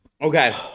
okay